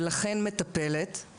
ולכן מטפלת.